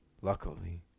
Luckily